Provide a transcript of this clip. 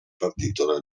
partito